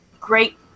great